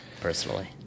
personally